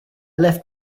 left